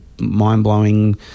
mind-blowing